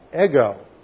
ego